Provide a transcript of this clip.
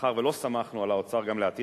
מאחר שלא סמכנו על האוצר גם לעתיד,